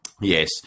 Yes